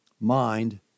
mind